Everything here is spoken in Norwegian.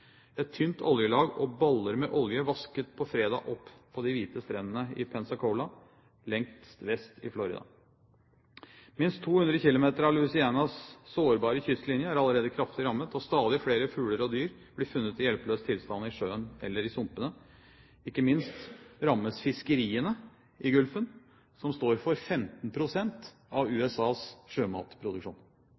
Et tynt oljelag og baller med olje vasket på fredag opp på de hvite strendene i Pensacola, lengst vest i Florida. Minst 200 km av Louisianas sårbare kystlinje er allerede kraftig rammet, og stadig flere fugler og dyr blir funnet i hjelpeløs tilstand i sjøen eller i sumpene. Ikke minst rammes fiskeriene i golfen, som står for 15 pst. av USAs sjømatproduksjon.